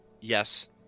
Yes